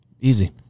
easy